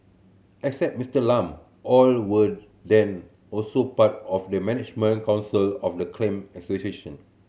except Miser Lam all were also part of the management council of the clan association